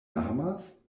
amas